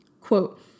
Quote